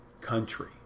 country